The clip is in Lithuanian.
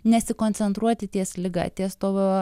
nesikoncentruoti ties liga ties tuo